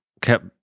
kept